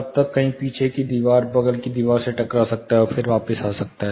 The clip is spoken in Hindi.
तब यह कहीं पीछे की दीवार बगल की दीवार से टकरा सकता है और फिर वापस आ सकता है